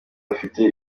afite